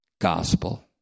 gospel